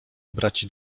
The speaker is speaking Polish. braci